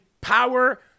power